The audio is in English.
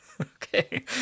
Okay